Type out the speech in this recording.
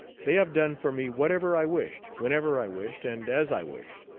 they have done for me whatever i wished, whenever i wished, and as i wished,